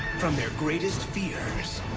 from their greatest fears